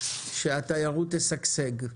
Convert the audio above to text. שהתיירות תשגשג.